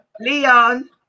leon